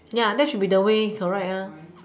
ya that should be the way correct